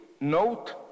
note